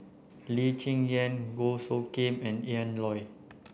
Lee Cheng Yan Goh Soo Khim and Ian Loy